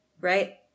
right